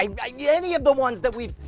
um yeah yeah any of the ones that we